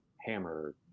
hammer